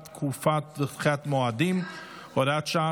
תקופות ודחיית מועדים (הוראת שעה,